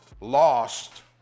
lost